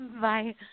bye